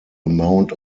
amount